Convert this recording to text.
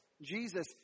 Jesus